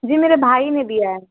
جی میرے بھائی نے بھی آ